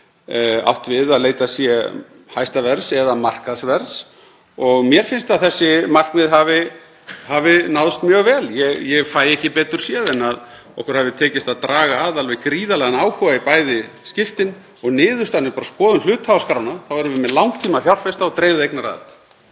átt við að leitað sé hæsta verðs eða markaðsverðs. Mér finnst að þessi markmið hafi náðst mjög vel. Ég fæ ekki betur séð en að okkur hafi tekist að draga að alveg gríðarlegan áhuga í bæði skiptin og niðurstaðan er, ef við bara skoðum hluthafaskrána, að við erum með langtímafjárfesta og dreifða eignaraðild.